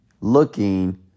looking